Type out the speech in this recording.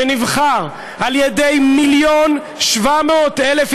שנבחר על ידי 1.7 מיליון ישראלים,